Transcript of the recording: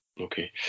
Okay